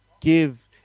give